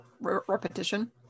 repetition